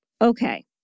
Okay